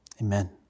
amen